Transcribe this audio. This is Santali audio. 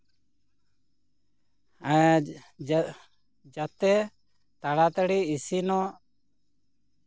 ᱮᱸᱜ ᱡᱮ ᱡᱟᱛᱮ ᱛᱟᱲᱟᱛᱟᱲᱤ ᱤᱥᱤᱱᱚᱜ